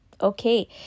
okay